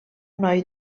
noi